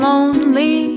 Lonely